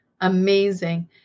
Amazing